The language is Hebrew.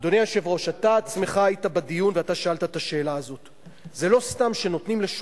ואני משתתף בהפגנות כבר הרבה שנים,